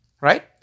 Right